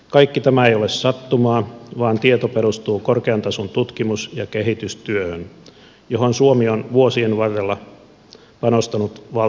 kaikki tämä ei ole sattumaa vaan tieto perustuu korkean tason tutkimus ja kehitystyöhön johon suomi on vuosien varrella panostanut vahvasti